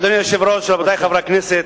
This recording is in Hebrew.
אדוני היושב-ראש, רבותי חברי הכנסת,